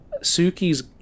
Suki's